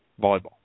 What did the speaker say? volleyball